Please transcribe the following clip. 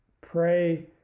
pray